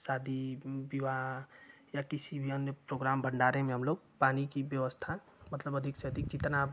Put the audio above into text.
शादी विवाह या किसी भी अन्य प्रोग्राम भंडारे में हम लोग पानी की व्यवस्था मतलब अधिक से अधिक जितना